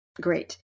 great